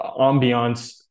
ambiance